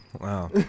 Wow